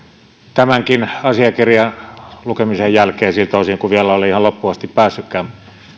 tämänkin asiakirjan lukemisen jälkeen siltä osin kun vielä en ole ihan loppuun asti päässytkään